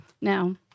Now